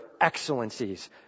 Excellencies